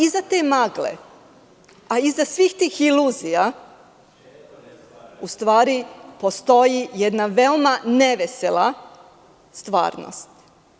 Iza te magle i iza svih tih iluzija, u stvari postoji jedna veoma nevesela stvarnost.